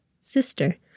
sister